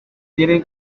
tiene